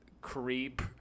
creep